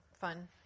fun